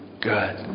good